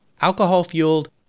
alcohol-fueled